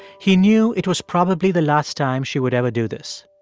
he knew it was probably the last time she would ever do this.